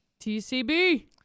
TCB